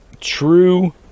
true